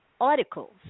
articles